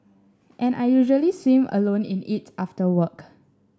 and I usually swim alone in it after work